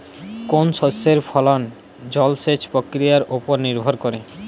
কোনো শস্যের ফলন কি জলসেচ প্রক্রিয়ার ওপর নির্ভর করে?